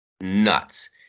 nuts